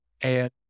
And-